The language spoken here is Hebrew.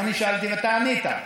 ואני שאלתי ואתה ענית.